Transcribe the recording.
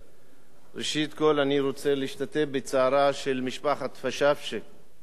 ראשית כול אני רוצה להשתתף בצערה של משפחת פשאפשה מחיפה,